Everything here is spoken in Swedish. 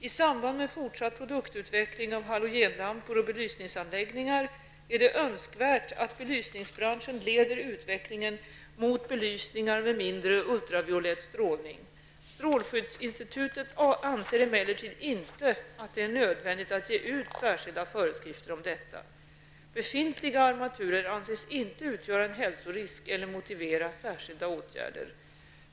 I samband med fortsatt produktuveckling av halogenlampor och belysningsanläggningar är det önskvärt att belysningsbranschen leder utvecklingen mot belysningar med mindre ultraviolett strålning. Strålskyddsinstitutet anser emellertid inte att det är nödvändigt att ge ut särskilda föreskrifter om detta. Befintliga armaturer anses inte utgöra en hälsorisk eller motivera särskilda åtgärder.